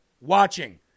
Watching